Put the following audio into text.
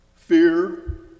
Fear